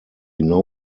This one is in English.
know